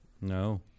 no